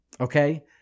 okay